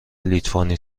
لیتوانی